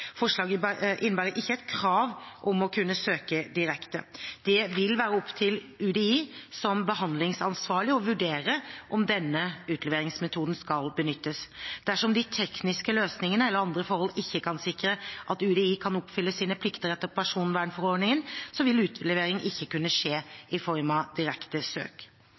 Forslaget innebærer ikke et krav om å kunne søke direkte. Det vil være opp til UDI som behandlingsansvarlig å vurdere om denne utleveringsmetoden skal benyttes. Dersom de tekniske løsningene eller andre forhold ikke kan sikre at UDI kan oppfylle sine plikter etter personvernforordningen, vil utlevering ikke kunne skje i form av direkte søk.